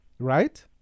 right